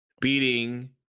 beating